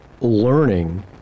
learning